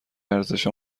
ارزش